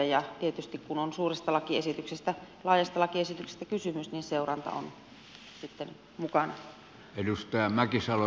ja tietysti kun on suuresta laajasta lakiesityksestä kysymys seuranta on sitten mukana